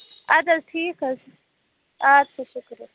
اَدٕ حظ ٹھیٖک حظ اَد سا شُکریہ